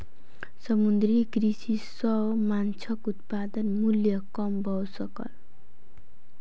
समुद्रीय कृषि सॅ माँछक उत्पादन मूल्य कम भ सकल